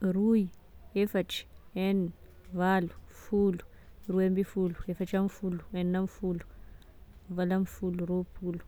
roy, efatra, enina, valo, folo, roy ambifolo, efatra ambifolo, enina ambifolo, valo ambifolo, roapolo